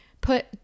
put